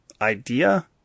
idea